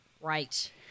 Right